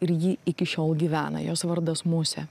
ir ji iki šiol gyvena jos vardas musė